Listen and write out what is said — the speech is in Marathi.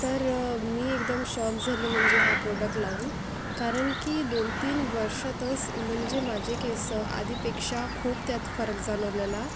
तर मी एकदम शॉक झाले म्हणजे हा प्रॉडक्ट लावून कारण की दोन तीन वर्षातच म्हणजे माझे केस आधीपेक्षा खूप त्यात फरक जाणवलेला